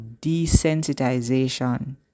desensitization